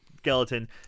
Skeleton